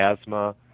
asthma